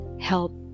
help